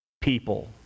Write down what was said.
people